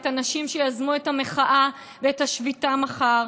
את הנשים שיזמו את המחאה ואת השביתה מחר.